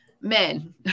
Men